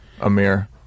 Amir